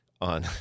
on